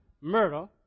murder